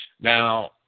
Now